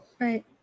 Right